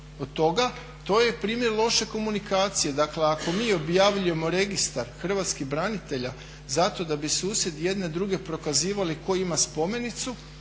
od toga to je primjer loše komunikacije. Dakle ako mi objavljujemo registar hrvatskih branitelja zato da bi susjedi jedne druge prokazivali tko ima spomenicu